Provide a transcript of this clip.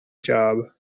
job